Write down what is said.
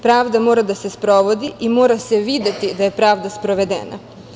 Pravda mora da se sprovodi i mora se videti da je pravda sprovedena.